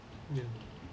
ya